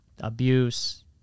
abuse